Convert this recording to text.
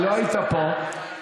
לא היית פה.